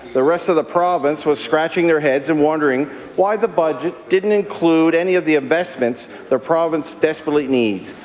the rest of the province was scratching their heads and wondering why the budget didn't include any of the investments that the province desperately needs.